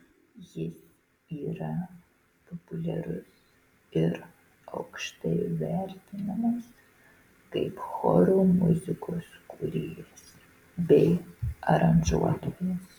jis yra populiarus ir aukštai vertinamas kaip choro muzikos kūrėjas bei aranžuotojas